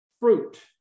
fruit